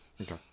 Okay